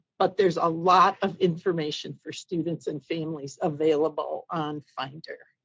but there's a lot of information for students and families available on finder.